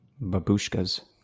Babushkas